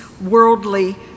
worldly